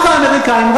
רק האמריקנים.